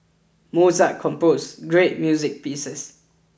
Mozart composed great music pieces